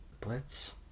Blitz